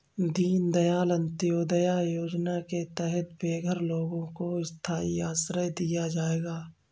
दीन दयाल अंत्योदया योजना के तहत बेघर लोगों को स्थाई आश्रय दिया जाएगा